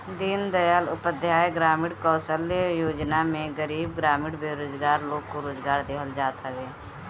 दीनदयाल उपाध्याय ग्रामीण कौशल्य योजना में गरीब ग्रामीण बेरोजगार लोग को रोजगार देहल जात हवे